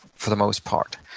for the most part.